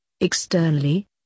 Externally